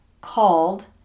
called